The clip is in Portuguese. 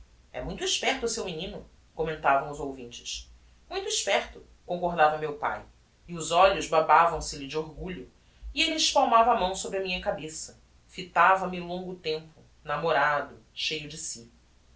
é muito esperto o seu menino commentavam os ouvintes muito esperto concordava meu pae e os olhos babavam se lhe de orgulho e elle espalmava a mão sobre a minha cabeça fitava me longo tempo namorado cheio de si